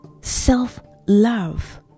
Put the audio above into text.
self-love